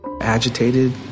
agitated